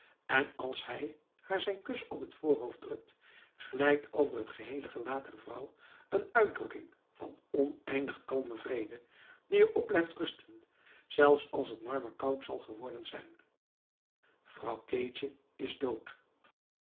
en als hij haar zijn kus op t voorhoofd drukt glijdt over het geheele gelaat der vrouw een uitdrukking van oneindig kalmen vrede die er op blijft rusten zelfs als het marmerkoud zal geworden zijn vrouw keetje is dood